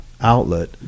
outlet